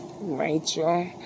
Rachel